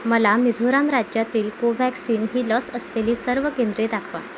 मला मिझोराम राज्यातील कोव्हॅक्सिनवक्ष ही लस असलेली सर्व केंद्रे दाखवा